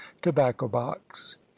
tobacco-box